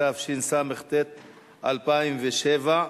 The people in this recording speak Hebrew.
התשס"ט 2007,